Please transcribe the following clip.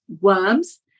worms